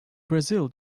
brazil